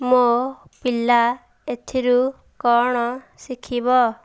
ମୋ ପିଲା ଏଥିରୁ କ'ଣ ଶିଖିବ